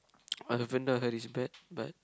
uh lavender I heard it's bad but